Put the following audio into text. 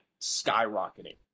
skyrocketing